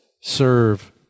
serve